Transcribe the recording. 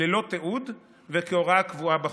ללא תיעוד וכהוראה קבועה בחוק.